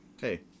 hey